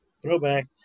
Throwback